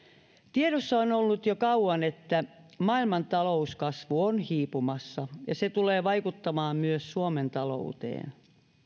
tiedossa on ollut jo kauan että maailman talouskasvu on hiipumassa ja se tulee vaikuttamaan myös suomen talouteen